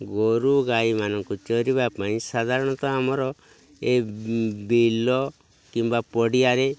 ଗୋରୁ ଗାଈମାନଙ୍କୁ ଚରିବା ପାଇଁ ସାଧାରଣତଃ ଆମର ଏ ବିଲ କିମ୍ବା ପଡ଼ିଆରେ